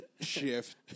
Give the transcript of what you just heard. Shift